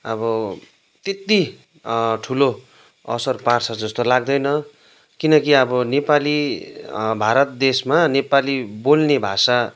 अब त्यति ठुलो असर पार्छ जस्तो लाग्दैन किनकि अब नेपाली भारत देशमा नेपाली बोल्ने भाषा